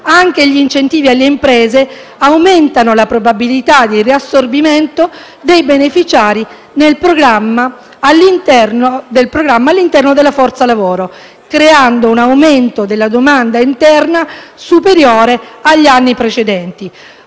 anche gli incentivi alle imprese aumentano le probabilità di riassorbimento dei beneficiari del programma all'interno della forza lavoro, creando un aumento della domanda interna superiore agli anni precedenti.